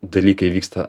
dalykai vyksta